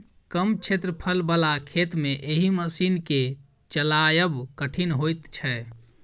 कम क्षेत्रफल बला खेत मे एहि मशीन के चलायब कठिन होइत छै